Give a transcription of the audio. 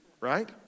right